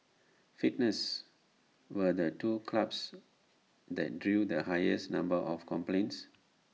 fitness were the two clubs that drew the highest number of complaints